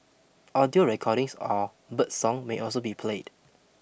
audio recordings or birdsong may also be played